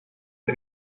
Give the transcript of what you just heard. και